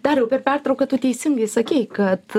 dariau per pertrauką tu teisingai sakei kad